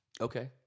Okay